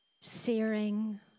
searing